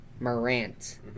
Morant